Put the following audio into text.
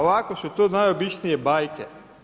Ovako su to najobičnije bajke.